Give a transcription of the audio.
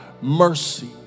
mercy